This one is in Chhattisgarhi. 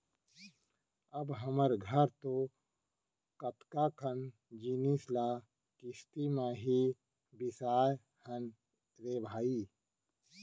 अब हमर घर तो कतका कन जिनिस ल किस्ती म ही बिसाए हन रे भई